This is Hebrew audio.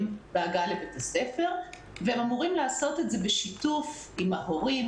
בהגעה לבית הספר והם אמורים לעשות את זה בשיתוף עם ההורים